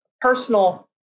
personal